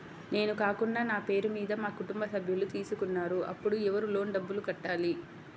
నేను కాకుండా నా పేరు మీద మా కుటుంబ సభ్యులు తీసుకున్నారు అప్పుడు ఎవరు లోన్ డబ్బులు కట్టాలి?